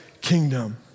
kingdom